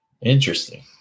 Interesting